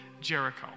Jericho